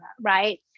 right